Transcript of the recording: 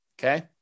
Okay